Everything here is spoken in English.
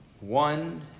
One